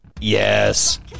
Yes